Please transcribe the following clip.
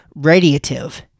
radiative